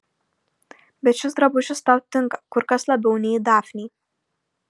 bet šis drabužis tau tinka kur kas labiau nei dafnei